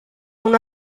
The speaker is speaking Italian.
una